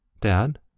Dad